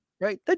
Right